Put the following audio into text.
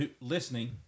listening